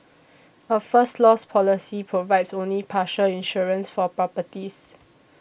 a First Loss policy provides only partial insurance for properties